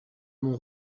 mon